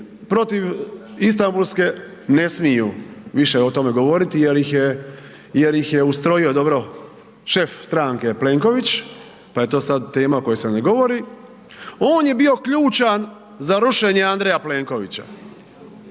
protiv Istambulske, ne smiju više o tome govoriti jel ih je, jer ih je ustrojio dobro šef stranke Plenković, pa je to sad tema o kojoj se ne govori, on je bio ključan za rušenje Andreja Plenkovića